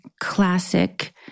classic